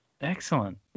Excellent